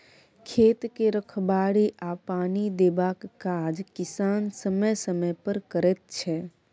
खेत के रखबाड़ी आ पानि देबाक काज किसान समय समय पर करैत छै